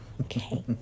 Okay